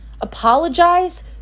Apologize